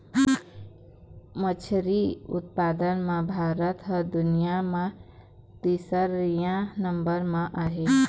मछरी उत्पादन म भारत ह दुनिया म तीसरइया नंबर म आहे